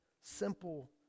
simple